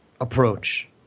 approach